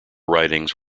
writings